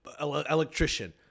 electrician